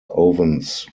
ovens